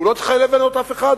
הוא לא צריך להיות אף אחד,